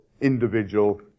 individual